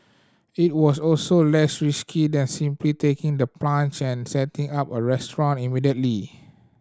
it was also less risky than simply taking the plunge and setting up a restaurant immediately